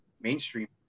mainstream